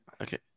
Okay